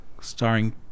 starring